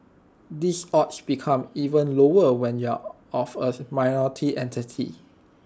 these odds become even lower when you are of A minority ethnicity